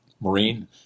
Marine